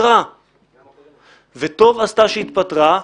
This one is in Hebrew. וטוב עשתה שהתפטרה.